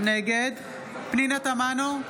נגד פנינה תמנו,